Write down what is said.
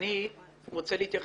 אני רוצה להתייחס,